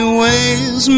ways